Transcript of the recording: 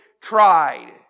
tried